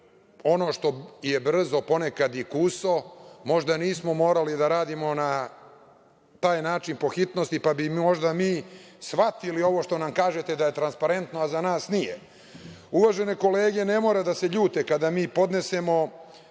ono što je brzo, ponekad je kuso. Možda nismo morali da radimo na taj način podhitnosti, ali bi možda mi shvatili ovo što nam kažete da je transparentno, a za nas nije. Uvažene kolege ne moraju da se ljute kada mi podnesemo